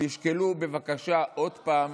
תשקלו בבקשה עוד פעם